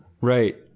Right